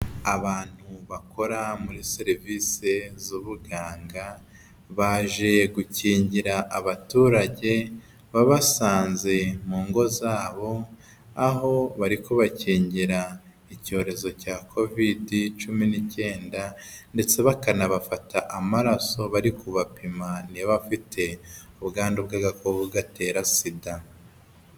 Abantu bakora muri serivise z'ubuganga baje gukingira abaturage babasanze mu ngo zabo, aho bari kubakingira icyorezo cya kovidi cumi n'icyenda ndetse bakanabafata amaraso bari kubapima niba bafite ubwandu bw'agakoko gatera sida.